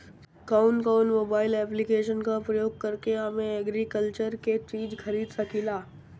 कउन कउन mobile application का प्रयोग करके हम एग्रीकल्चर के चिज खरीद सकिला?